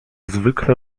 zwykle